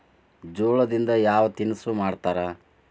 ಜೋಳದಿಂದ ಯಾವ ತಿನಸು ಮಾಡತಾರ?